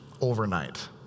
overnight